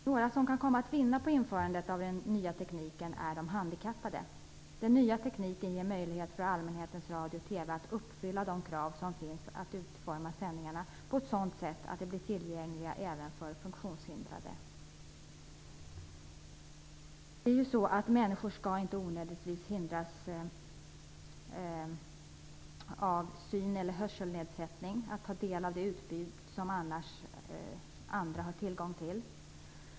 Några som kan komma att vinna på införandet av den nya tekniken är de handikappade. Den nya tekniken ger möjlighet för allmänhetens radio och TV att uppfylla de krav som finns att utforma sändningarna på ett sådant sätt att de blir tillgängliga även för funktionshindrade. Människor skall inte onödigtvis hindras av syn eller hörselnedsättning från att ta del av det utbud som andra har tillgång till.